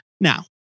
Now